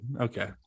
okay